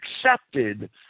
accepted